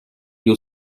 you